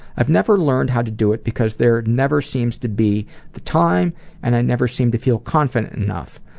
i've never learned how to do it because there never seems to be the time and i never seem to feel confident enough.